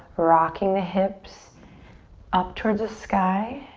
rocking the hips up towards the sky.